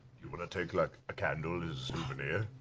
want to take like a candle as a souvenir?